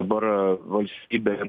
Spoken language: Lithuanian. dabar valstybė